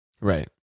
Right